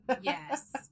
Yes